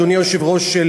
אדוני היושב-ראש,